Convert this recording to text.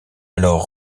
alors